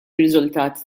riżultat